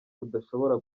rudashobora